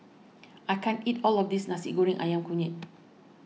I can't eat all of this Nasi Goreng Ayam Kunyit